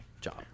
job